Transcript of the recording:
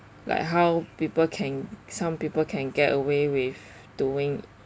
like how people can some people can get away with doing